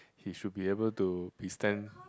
he should be able to withstand